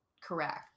correct